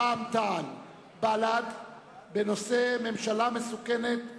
רע"ם-תע"ל ובל"ד בנושא: ממשלה מסוכנת לדמוקרטיה.